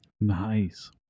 Nice